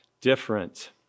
different